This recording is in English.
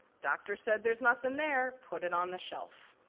doctor said there's nothing there, put it on the shelf.